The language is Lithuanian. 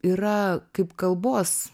yra kaip kalbos